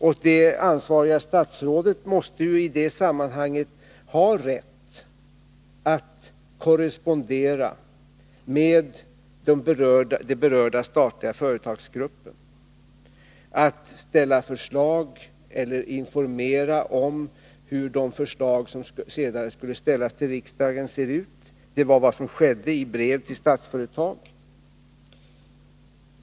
Och det ansvariga statsrådet måste i det sammanhanget ha rätt att korrespondera med den berörda statliga företagsgruppen och informera om hur de förslag som sedan skall framläggas för riksdagen ser ut. Det var vad som skedde i ett brev till Statsföretag.